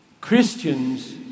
Christians